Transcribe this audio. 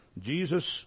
Jesus